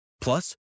Plus